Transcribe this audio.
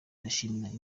ndashimira